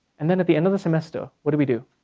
and then at the end of the semester, what do we do?